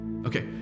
Okay